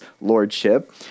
lordship